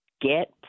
get